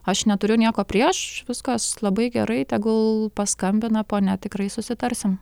aš neturiu nieko prieš viskas labai gerai tegul paskambina ponia tikrai susitarsim